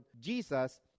Jesus